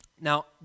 Now